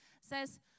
says